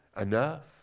enough